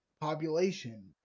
population